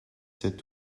sept